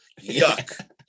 Yuck